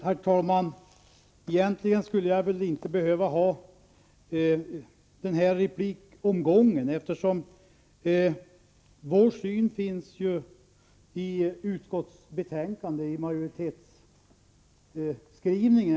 Herr talman! Egentligen skulle det inte vara nödvändigt med den här replikomgången. Vår uppfattning överensstämmer ju med majoritetsskrivningen.